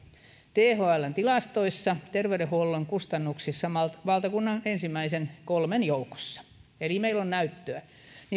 thln tilastoissa terveydenhuollon kustannuksissa valtakunnan ensimmäisten kolmen joukossa eli meillä on näyttöä